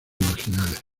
marginales